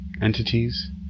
entities